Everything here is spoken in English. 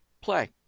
play